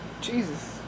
jesus